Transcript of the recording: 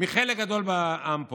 מחלק גדול מהעם פה.